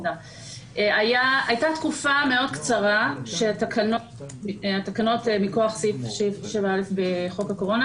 הייתה תקופה מאוד קצרה שהתקנות מכוח סעיף 7א בחוק הקורונה